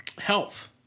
health